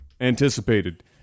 anticipated